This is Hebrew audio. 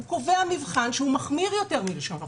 הוא קובע מבחן שהוא מחמיר יותר מלשון החוק.